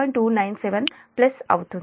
297 అవుతుంది